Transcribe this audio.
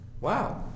Wow